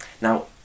Now